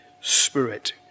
Spirit